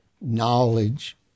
knowledge